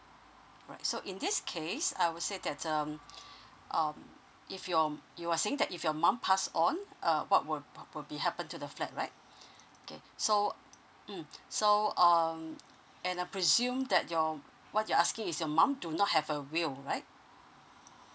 alright so in this case I would say that's um um if you're um you were saying that if your mum pass on uh what will probably happen to the flat right okay so uh mm so um and I presume that your um what you're asking is your mom do not have a will right